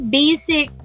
basic